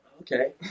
Okay